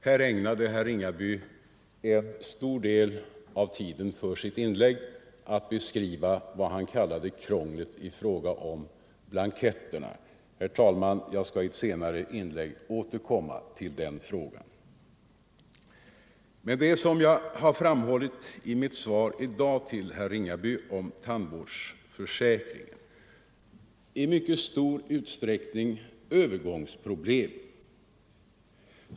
Här ägnade herr Ringaby en stor del av tiden Torsdagen den för sitt inlägg åt att beskriva vad han kallade krånglet i fråga om blan 21 november 1974 ketterna. Jag skall, herr talman, i ett senare inlägg återkomma till den — frågan. Som jag framhållit i mitt svar i dag till herr Ringaby om tand Om upphävande av vårdsförsäkringen är det i mycket stor utsträckning fråga om övergångs — etableringsstoppet problem.